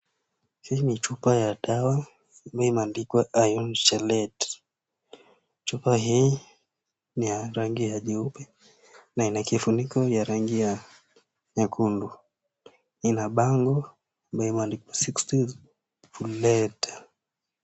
Hii ni chupa ya dawa na imeandikwa Iron chelate . Chupa hii ni ya rangi ya jeupe na kifuniko cha rangi ya nyekundu. Ina bango ambayo imeandikwa 60's Welluita.